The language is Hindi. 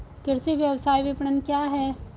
कृषि व्यवसाय विपणन क्या है?